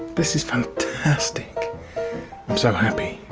this is fantastic. i'm so happy.